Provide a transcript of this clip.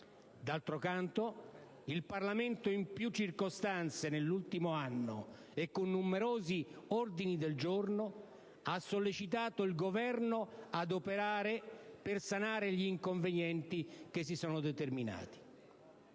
D'altro canto, il Parlamento, in più circostanze nell'ultimo anno e con numerosi ordini del giorno, ha sollecitato il Governo ad operare per sanare gli inconvenienti che si sono determinati.